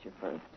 first